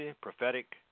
prophetic